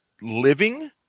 living